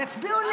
התחנן.